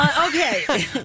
Okay